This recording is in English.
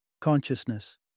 Consciousness